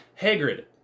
hagrid